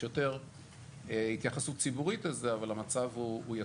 יש יותר התייחסות ציבורית לזה אבל המצב הוא יציב.